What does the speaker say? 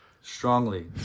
strongly